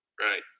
Right